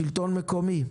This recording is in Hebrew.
נציגת השלטון המקומי,